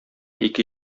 ике